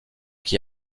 qui